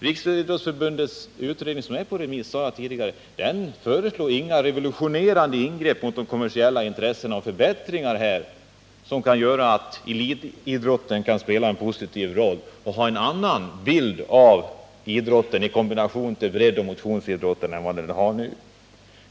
Riksidrottsförbundets utredning, som är på remiss, föreslår inga revolutionerande ingrepp mot de kommersiella intressena. Den föreslår inga förbättringar som kan ge elitidrotten en positiv roll. Den har ingeri annan bild av elitidrotten i kombination med breddoch motionsidrotten än den vi har nu.